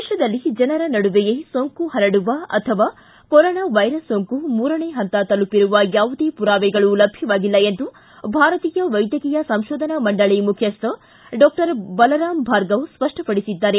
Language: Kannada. ದೇತದಲ್ಲಿ ಜನರ ನಡುವೆಯೇ ಸೋಂಕು ಹರಡುವ ಅಥವಾ ಕೊರೊನಾ ವೈರಸ್ ಸೋಂಕು ಮೂರನೇ ಹಂತ ತಲುಪಿರುವ ಯಾವುದೇ ಪುರಾವೆಗಳು ಲಭ್ಯವಾಗಿಲ್ಲ ಎಂದು ಭಾರತೀಯ ವೈದ್ಯಕೀಯ ಸಂಶೋಧನಾ ಮಂಡಳ ಮುಖ್ಯಸ್ಥ ಡಾಕ್ಟರ್ ಬಲರಾಮ ಭಾರ್ಗವ ಸ್ಪಷ್ಟಪಡಿಸಿದ್ದಾರೆ